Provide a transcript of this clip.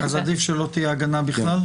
כך --- אז עדיף שלא תהיה הגנה בכלל?